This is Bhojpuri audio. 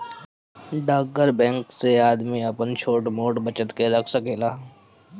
डाकघर बैंक से आदमी आपन छोट मोट बचत के रख सकेला